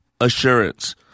assurance